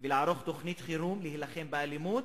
ולערוך תוכנית חירום להילחם באלימות.